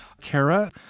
Kara